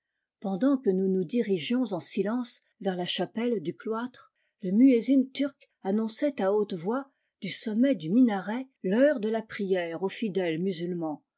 pendant que nous nous dirigions en silence vers la chapelle du cloître le muezzin turc annonçait à haute voix du sommet du minaret l'heure de la prière aux fidèles musulmans